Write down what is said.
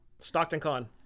StocktonCon